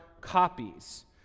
copies